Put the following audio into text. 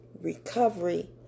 recovery